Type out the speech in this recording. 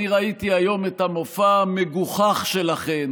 אני ראיתי היום את המופע המגוחך שלכן